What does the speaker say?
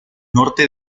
norte